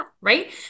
right